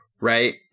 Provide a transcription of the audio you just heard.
right